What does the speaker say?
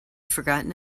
forgotten